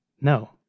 No